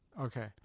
Okay